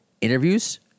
interviews